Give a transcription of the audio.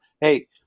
hey